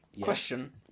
question